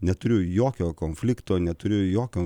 neturiu jokio konflikto neturiu jokio